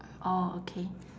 orh okay